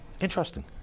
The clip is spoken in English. Interesting